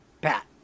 Pat